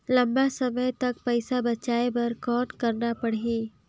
लंबा समय तक पइसा बचाये बर कौन करना पड़ही?